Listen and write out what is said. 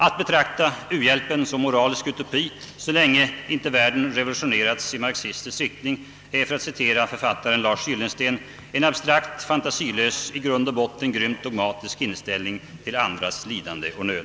Att betrakta u-hjälpen som en moralisk utopi så länge inte världen revolutionerats i marxistisk riktning är, för att citera författaren Lars Gyllensten, en abstrakt, fantasilös, i grund och botten grymt dogmatisk inställning till andras lidande och nöd.